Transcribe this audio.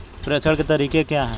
प्रेषण के तरीके क्या हैं?